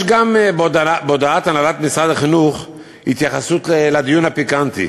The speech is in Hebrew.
יש גם בהודעת הנהלת משרד החינוך התייחסות לדיון הפיקנטי